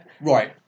Right